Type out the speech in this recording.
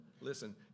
Listen